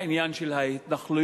העניין של ההתנחלויות,